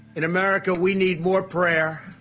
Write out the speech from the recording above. in america, we need more prayer,